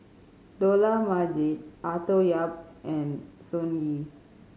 Dollah Majid Arthur Yap and Sun Yee